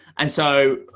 and so,